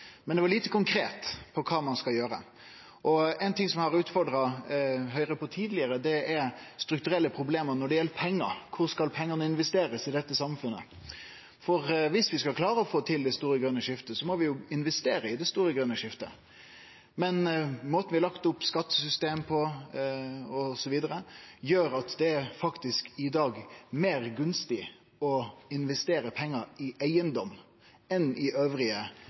men det var lite konkret om kva ein skal gjere. Noko eg har utfordra Høgre på tidlegare, er strukturelle problem når det gjeld pengar. Kvar skal pengane investerast i dette samfunnet? Viss vi skal klare å få til det store, grøne skiftet, må vi jo investere i det store, grøne skiftet. Men måten vi har lagt opp skattesystemet på osv., gjer at det i dag faktisk er meir gunstig å investere pengar i eigedom enn i